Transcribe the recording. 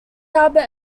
albert